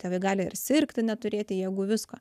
tavai gali ir sirgti neturėti jėgų visko